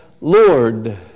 Lord